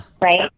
Right